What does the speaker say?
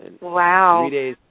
Wow